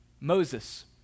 Moses